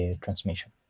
transmission